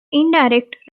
indirect